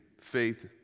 faith